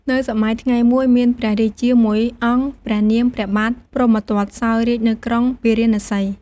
នៅសម័យថ្ងៃមួយ មានព្រះរាជាមួយអង្គព្រះនាម ព្រះបាទព្រហ្មទត្ត សោយរាជ្យនៅក្រុងពារាណសី។